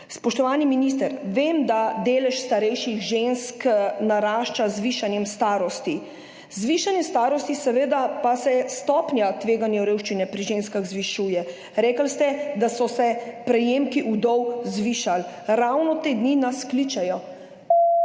Spoštovani minister, vem, da delež starejših žensk narašča z zvišanjem starosti. Z zvišanjem starosti pa se seveda stopnja tveganja revščine pri ženskah zvišuje. Rekli ste, da so se prejemki vdov zvišali. Ravno te dni nas kličejo